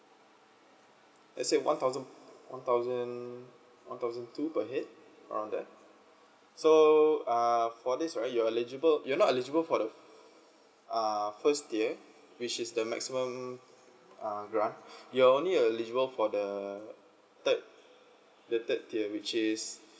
let's say one thousand one thousand one thousand two per head around that so uh for this right you're eligible you're not eligible for the uh first tier which is the maximum uh grant you're only eligible for the third the third tier which is